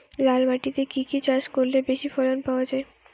লাল মাটিতে কি কি চাষ করলে বেশি ফলন পাওয়া যায়?